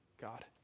God